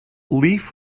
leaf